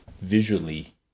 visually